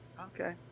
Okay